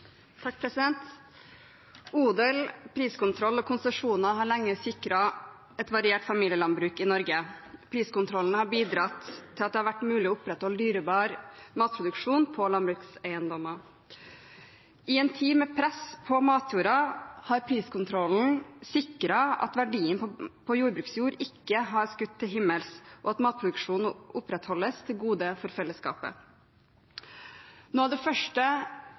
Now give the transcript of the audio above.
at det har vært mulig å opprettholde dyrebar matproduksjon på landbrukseiendommer. I en tid med press på matjorda har priskontrollen sikret at verdien på jordbruksjord ikke har skutt til himmels, og at matproduksjon opprettholdes, til beste for felleskapet. Noe av det første